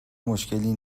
مشکلی